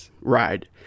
ride